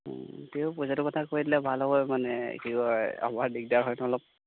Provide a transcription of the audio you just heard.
অঁ তেও পইতাটোৰ কথা কৈ দিলে ভাল হ'ব মানে কি কয় আমাৰ দিগদাৰ হয় নহয় অলপ